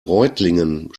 reutlingen